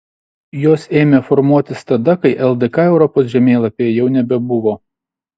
jos ėmė formuotis tada kai ldk europos žemėlapyje jau nebebuvo